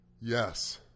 yes